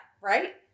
Right